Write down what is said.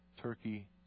Turkey